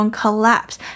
collapse